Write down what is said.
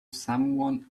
someone